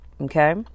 Okay